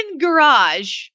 garage